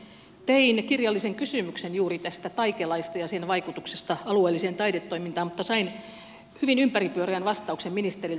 tein kirjallisen kysymyksen juuri tästä taike laista ja sen vaikutuksesta alueelliseen taidetoimintaan mutta sain hyvin ympäripyöreän vastauksen ministeriltä